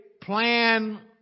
plan